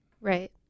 Right